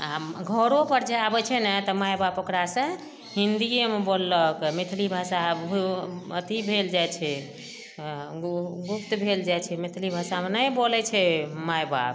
आ घरो पर जे आबै छै ने तऽ माइ बाप ओकरा से हिन्दीये मे बोललक मैथिली भाषा आब अथी भेल जाइ छै गु गुप्त भेल जाइ छै मैथिली भाषामे नहि बोलै छै माइ बाप